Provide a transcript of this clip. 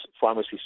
pharmacy